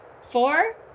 Four